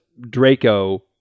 Draco